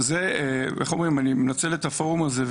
אני מנצל את הפורום הזה,